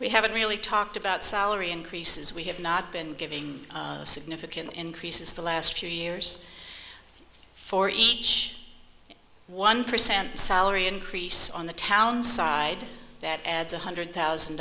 we haven't really talked about salary increases we have not been giving significant increases the last few years for each one percent salary increase on the town side that adds one hundred thousand